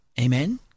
Amen